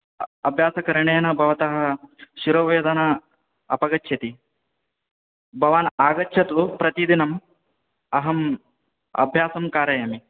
अभ्यासकरणेन भवतः शिरोवेदना अपगच्छति भवान् आगच्छतु प्रतिदिनम् अहम् अभ्यासं कारयामि